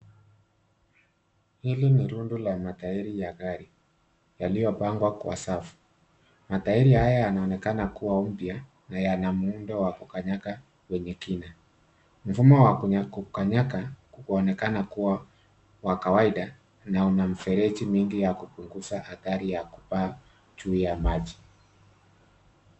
Hili ni rundo la matairi ya gari yaliyopangwa kwa safu. Matairi haya yanaonekana kuwa mpya na yana muundo wa kukanyanga wenye kina. Mfumo wa kukanyanga kunaonekana kuwa wa kawaida na una mifereji mingi ya kupunguza hatari ya kupaa juu ya maji.